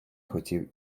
хотів